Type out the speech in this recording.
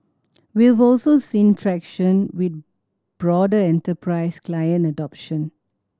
we've also seen traction with broader enterprise client adoption